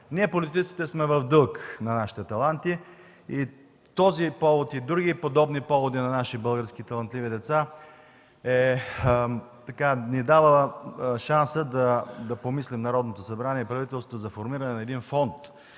Ние политиците сме в дълг на нашите таланти и този повод, и други подобни поводи на наши български талантливи деца ни дава шансът Народното събрание и правителството да помислим за формиране на един фонд